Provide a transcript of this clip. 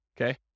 okay